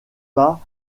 pas